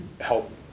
help